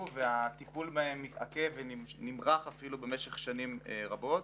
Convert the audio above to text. והטיפול בהם מתעכב ונמרח אפילו במשך שנים רבות.